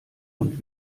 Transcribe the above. und